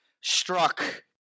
struck